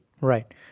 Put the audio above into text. Right